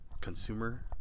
consumer